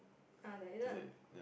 err there isn't